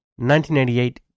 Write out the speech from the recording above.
1988